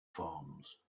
farms